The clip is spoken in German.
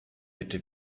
bitte